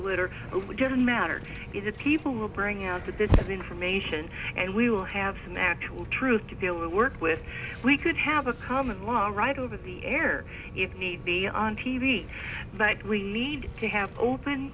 litter doesn't matter is it people will bring out that this is information and we will have some actual truth to be able to work with we could have a come along right over the air if need be on t v but we need to have open